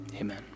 Amen